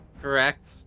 Correct